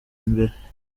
imbere